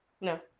no